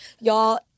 y'all